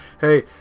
Hey